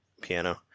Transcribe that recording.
piano